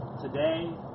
Today